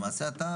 למעשה אתה,